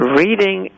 reading